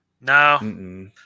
No